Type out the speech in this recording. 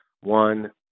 one